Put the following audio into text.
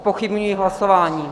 Zpochybňuji hlasování.